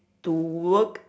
to work